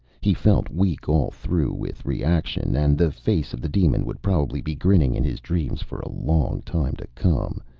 he felt weak all through with reaction, and the face of the demon would probably be grinning in his dreams for a long time to come.